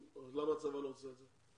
למה הצבא לא עושה את זה?